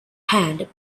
hand